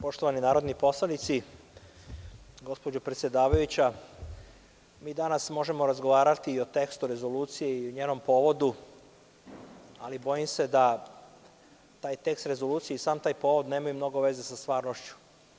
Poštovani narodni poslanici, gospođo predsedavajuća, mi danas možemo razgovarati i o tekstu rezolucije i o njenom povodu, ali bojim se da taj tekst rezolucije i sam taj povod nemaju mnogo veze sa stvarnošću.